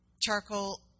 charcoal